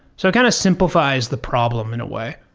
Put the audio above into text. so it kind of simplifies the problem in a way.